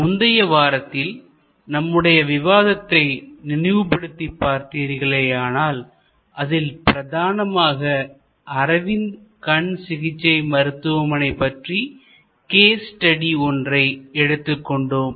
முந்தைய வாரத்தில் நம்முடைய விவாதத்தை நினைவுபடுத்திப் பார்த்தீர்களேயானால் அதில் பிரதானமாக அரவிந்த் கண் சிகிச்சை மருத்துவமனை பற்றிய கேஸ் ஸ்டடி ஒன்றை எடுத்துக் கொண்டோம்